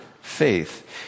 faith